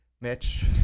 Mitch